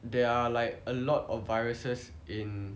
there are like a lot of viruses in